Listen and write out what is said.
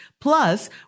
plus